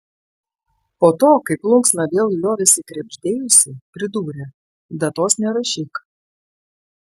po to kai plunksna vėl liovėsi krebždėjusi pridūrė datos nerašyk